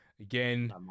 Again